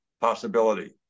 possibility